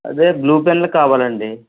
అదే బ్లూ పెన్లు కావాలండి